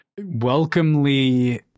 welcomely